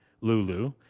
Lulu